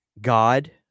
God